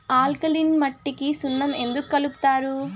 alkaline మట్టికి సున్నం ఎందుకు కలుపుతారు